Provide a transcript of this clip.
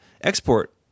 export